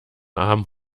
arm